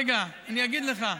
רגע, אני אגיד לך.